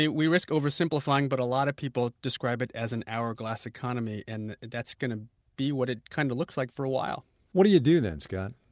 we risk oversimplifying, but a lot of people describe it as an hourglass economy, and that's going to be what it kind of looks like for a while what do you do then, scott?